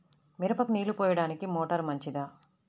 మిరపకు నీళ్ళు పోయడానికి మోటారు మంచిదా?